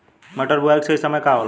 मटर बुआई के सही समय का होला?